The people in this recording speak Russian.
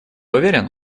уверен